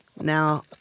Now